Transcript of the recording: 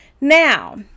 Now